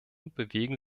bewegen